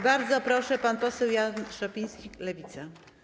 Bardzo proszę, pan poseł Jan Szopiński, Lewica.